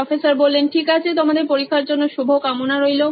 professor ঠিক আছে তোমাদের পরীক্ষার জন্য শুভকামনা রইল